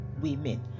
women